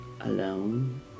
alone